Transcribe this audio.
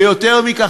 ויותר מכך,